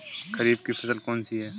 खरीफ की फसल कौन सी है?